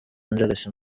angeles